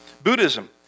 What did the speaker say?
Buddhism